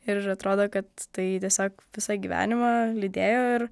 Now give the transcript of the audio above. ir atrodo kad tai tiesiog visą gyvenimą lydėjo ir